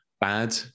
bad